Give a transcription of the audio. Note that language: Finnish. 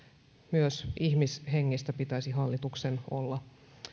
myös ihmishengistä pitäisi hallituksen olla